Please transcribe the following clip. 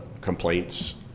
complaints